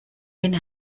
den